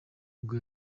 nibwo